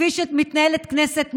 כפי שמתנהלת כנסת נורמלית,